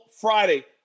Friday